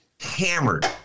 hammered